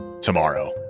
tomorrow